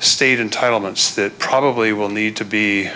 state entitlements that probably will need to be